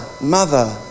mother